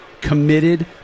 committed